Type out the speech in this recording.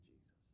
Jesus